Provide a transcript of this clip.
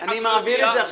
אני מעביר את זה עכשיו.